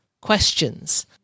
questions